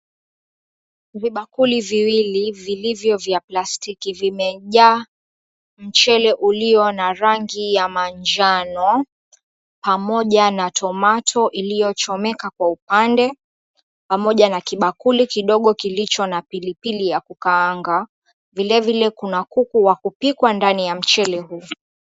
Vibakuli viwili vilivyo vya plastiki, vimejaa mchele ulio na rangi ya manjano pamoja na tomato iliyochomeka kwa upande pamoja na kibakuli kidogo kilicho na pilipili ya kukaanga. Vilevile kuna kuku wa kupikwa ndani ya mchele huu.